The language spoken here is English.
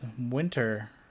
winter